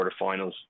quarterfinals